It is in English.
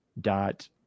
dot